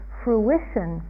fruition